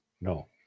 No